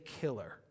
killer